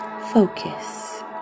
focus